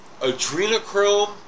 Adrenochrome